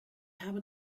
habe